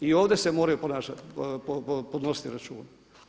I ovdje se moraju podnositi računi.